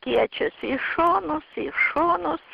kiečius į šonus į šonus